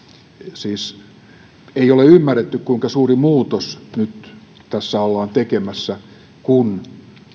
siis ei ole ymmärretty kuinka suuri muutos nyt tässä ollaan tekemässä kun